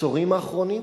בעשורים האחרונים,